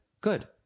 good